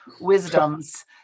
wisdoms